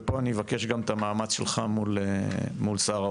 פה אני אבקש גם את המאמץ שלך מול שר האוצר.